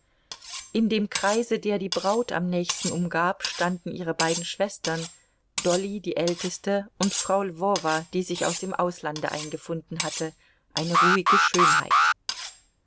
in dem kreise der die braut am nächsten umgab standen ihre beiden schwestern dolly die älteste und frau lwowa die sich aus dem auslande eingefunden hatte eine ruhige schönheit